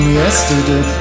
yesterday